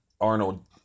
Arnold